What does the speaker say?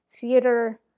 theater